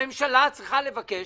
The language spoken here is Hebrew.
הממשלה צריכה לבקש.